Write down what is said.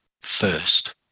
first